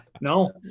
No